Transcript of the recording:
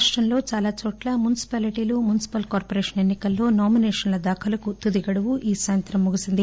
రాష్టంలో చాలాచోట్ల మున్సిపాలిటీలు మున్సిపల్ కార్పొరేషన్ ఎన్సికల్లో నామినేషన్ల దాఖలుకు తుదిగడువు ఈ సాయంత్రం ముగిసింది